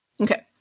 okay